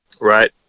Right